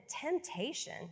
temptation